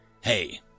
Hey